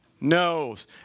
knows